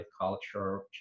culture